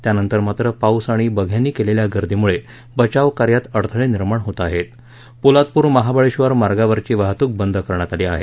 त्यानंतर मात्र पाऊस आणि बघ्यांनी केलेल्या गर्दीमुळे बचावकार्यात अडथळे निर्माण होत आहेत पोलादपूर महाबळेश्वर मार्गावरची वाहतूक बंद करण्यात आली आहे